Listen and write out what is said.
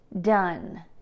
done